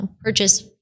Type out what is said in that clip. purchase